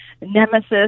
nemesis